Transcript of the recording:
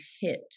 hit